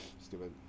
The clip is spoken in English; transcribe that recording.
stupid